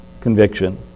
conviction